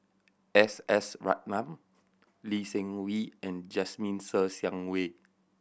S S Ratnam Lee Seng Wee and Jasmine Ser Xiang Wei